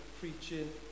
preaching